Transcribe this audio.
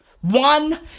One